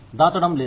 దాచడం లేదు